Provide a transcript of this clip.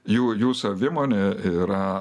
jų jų savimonė yra